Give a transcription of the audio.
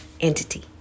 entity